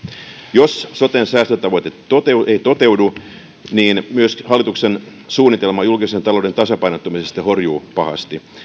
jos soten säästötavoite ei toteudu myös hallituksen suunnitelma julkisen talouden tasapainottamisesta horjuu pahasti